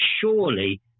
surely